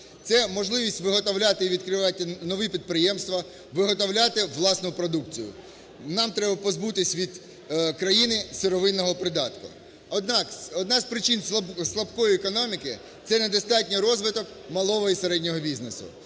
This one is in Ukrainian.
це можливість виготовляти і відкривати нові підприємства, виготовляти власну продукцію. Нам треба позбутися від країни сировинного придатку. Однак, одна з причин слабкої економіки – це недостатній розвиток малого і середнього бізнесу.